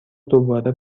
دوباره